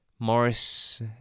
Morris